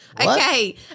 Okay